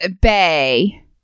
bay